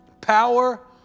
power